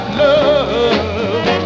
love